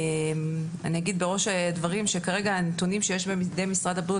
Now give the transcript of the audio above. אני אגיד בראש הדברים שכרגע הנתונים שיש בידי משרד הבריאות,